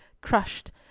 crushed